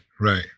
right